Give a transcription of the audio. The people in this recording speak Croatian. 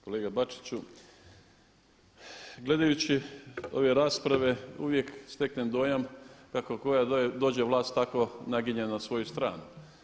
Kolega Bačiću, gledajući ove rasprave uvijek steknem dojam kako koja dođe vlast tako naginje na svoju stranu.